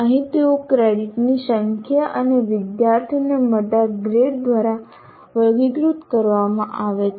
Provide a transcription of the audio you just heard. અહીં તેઓ ક્રેડિટની સંખ્યા અને વિદ્યાર્થીને મળતા ગ્રેડ દ્વારા વર્ગીકૃત કરવામાં આવે છે